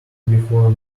before